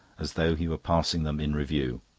as though he were passing them in review.